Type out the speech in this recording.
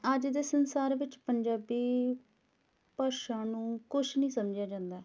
ਅੱਜ ਦੇ ਸੰਸਾਰ ਵਿੱਚ ਪੰਜਾਬੀ ਭਾਸ਼ਾ ਨੂੰ ਕੁਛ ਨਹੀਂ ਸਮਝਿਆ ਜਾਂਦਾ